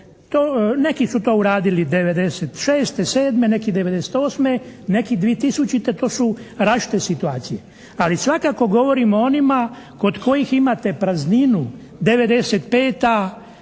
Neki su to uradili 96., 7., neki 98., neki 2000., to su različite situacije. Ali svakako govorim o onima kod kojih imate prazninu, 95.